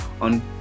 on